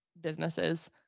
businesses